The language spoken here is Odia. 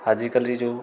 ଆଜି କାଲି ଯେଉଁ